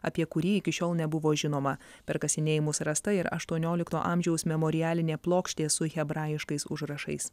apie kurį iki šiol nebuvo žinoma per kasinėjimus rasta ir aštuoniolikto amžiaus memorialinė plokštė su hebrajiškais užrašais